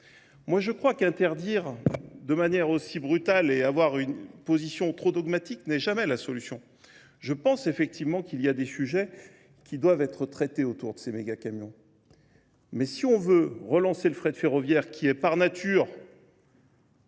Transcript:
Moi je crois qu'interdire de manière aussi brutale et avoir une position trop dogmatique n'est jamais la solution. Je pense effectivement qu'il y a des sujets qui doivent être traités autour de ces méga camions. Mais si on veut relancer le frais de ferroviaire qui est par nature